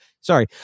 sorry